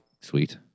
Sweet